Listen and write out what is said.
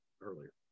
earlier